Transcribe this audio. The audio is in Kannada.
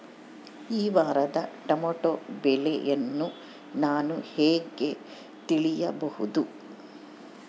ಈ ವಾರದ ಟೊಮೆಟೊ ಬೆಲೆಯನ್ನು ನಾನು ಹೇಗೆ ತಿಳಿಯಬಹುದು?